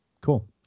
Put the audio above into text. Cool